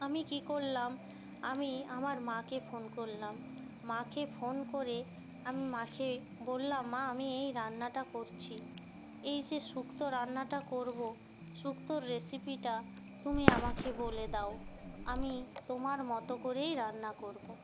আমি কী করলাম আমি আমার মাকে ফোন করলাম মাকে ফোন করে আমি মাখে বললাম মা আমি এই রান্নাটা করছি এই যে শুক্তো রান্নাটা করবো শুক্তোর রেসিপিটা তুমি আমাকে বলে দাও আমি তোমার মতো করেই রান্না করবো